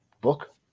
book